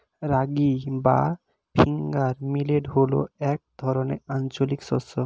রাগী বা finger millet হল এক ধরনের আঞ্চলিক শস্য